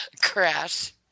crash